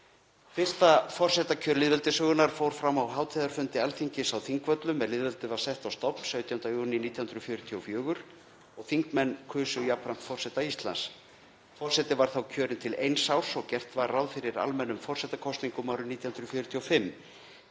Fyrsta forsetakjör lýðveldissögunnar fór fram á hátíðarfundi Alþingis á Þingvöllum er lýðveldið var sett á stofn, 17. júní 1944, og þingmenn kusu jafnframt forseta Íslands. Forseti Íslands var þá kjörinn til eins árs og gert var ráð fyrir almennum forsetakosningum árið 1945.